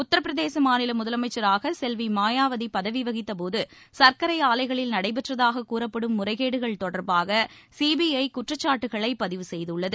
உத்தரப்பிரதேச மாநில முதலமைச்சராக செல்வி மாயாவதி பதவி வகித்தபோது சர்க்கரை ஆலைகளில் நடைபெற்றதாக கூறப்படும் முறைகேடுகள் தொடர்பாக சிபிஐ குற்றச்சாட்டுக்களை பதிவு செய்துள்ளது